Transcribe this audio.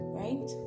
right